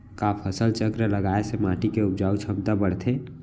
का फसल चक्र लगाय से माटी के उपजाऊ क्षमता बढ़थे?